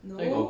no